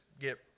get